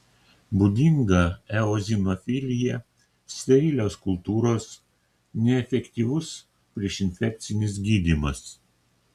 būdinga eozinofilija sterilios kultūros neefektyvus priešinfekcinis gydymas